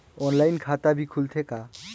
Online खाता भी खुलथे का?